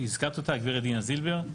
הגברת דינה זילבר,